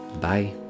bye